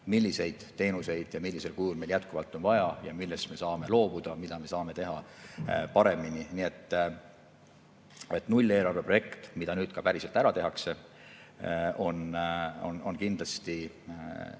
milliseid teenuseid ja millisel kujul meil jätkuvalt on vaja ja millest me saame loobuda, mida me saame teha paremini. Nulleelarve projekt, mis nüüd ka päriselt ära tehakse, on kindlasti